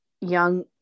young